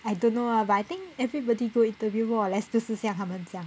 I don't know ah but I think everybody go interview more or less 都是像他们这样